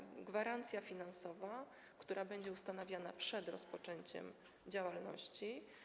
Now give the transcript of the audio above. Ma to być gwarancja finansowa, która będzie ustanawiana przed rozpoczęciem działalności.